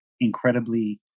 incredibly